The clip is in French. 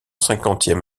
cinquantième